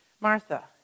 Martha